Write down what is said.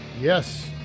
Yes